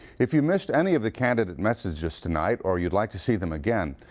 if you missed any of the candidate messages tonight or you'd like to see them again,